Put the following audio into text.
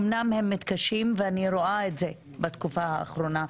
אמנם הם מתקשים ואני רואה את זה בתקופה האחרונה,